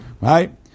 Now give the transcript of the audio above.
Right